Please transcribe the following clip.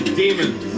demons